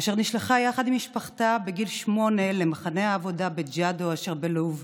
אשר נשלחה יחד עם משפחתה בגיל שמונה למחנה העבודה בג'אדו אשר בלוב,